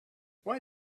why